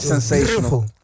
Sensational